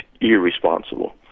irresponsible